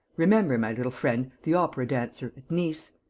remember my little friend, the opera-dancer, at nice.